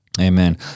Amen